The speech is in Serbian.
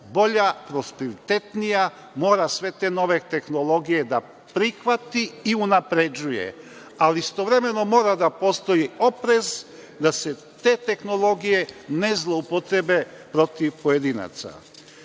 bolja, prosperitetnija, mora sve te nove tehnologije da prihvati i unapređuje, ali istovremeno mora da postoji oprez da se te tehnologije ne zloupotrebe protiv pojedinaca. Dakle,